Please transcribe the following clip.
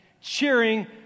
cheering